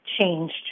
changed